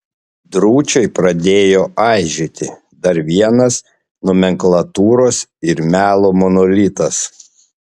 drūčiai pradėjo aižėti dar vienas nomenklatūros ir melo monolitas